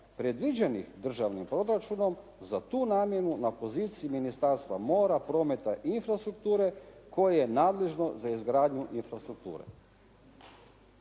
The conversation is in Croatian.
predviđenih državnim proračunom za tu namjenu na poziciji Ministarstva mora, prometa i infrastrukture koje je nadležno za izgradnju infrastrukture.